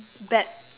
bad